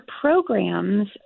programs